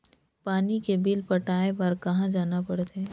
पानी के बिल पटाय बार कहा जाना पड़थे?